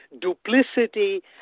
duplicity